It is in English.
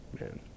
man